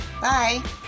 Bye